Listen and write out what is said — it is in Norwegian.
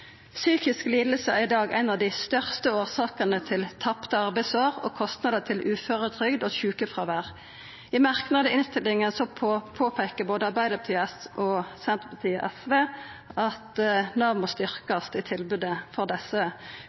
er i dag ein av dei største årsakene til tapte arbeidsår og kostnader til uføretrygd og sjukefråvær. I merknader i innstillinga påpeikar både Arbeidarpartiet, Senterpartiet og SV at Nav må styrkja tilbodet for desse